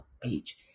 page